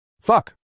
Fuck